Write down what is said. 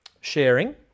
sharing